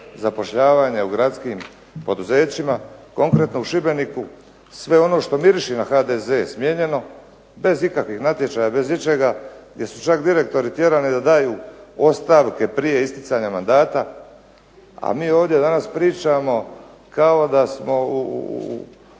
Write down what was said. zapošljavanje u gradskim poduzećima. Konkretno, u Šibeniku sve ono što miriši na HDZ je smijenjeno bez ikakvih natječaja, bez ičega gdje su čak direktori tjerani da daju ostavke bez isticanja mandata a mi ovdje danas pričamo kao da smo u